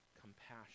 compassion